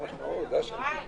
- להשמיט